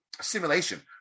simulation